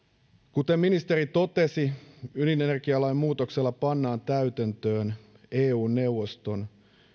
kuten ministeri totesi ydinenergialain muutoksella pannaan täytäntöön eu neuvoston